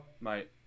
Mate